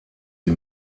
die